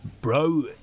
bro